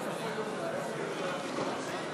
הסדרנים ילוו את חבר הכנסת יהודה גליק